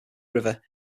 river